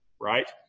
right